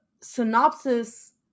synopsis